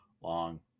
long